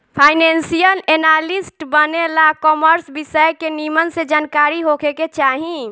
financial analyst बने ला commerce विषय के निमन से जानकारी होखे के चाही